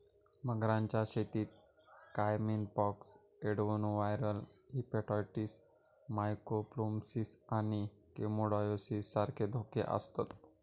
मगरांच्या शेतीत caiman pox, adenoviral hepatitis, mycoplasmosis आणि क्लेमायडिओसिस सारखे धोके आसतत